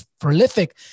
prolific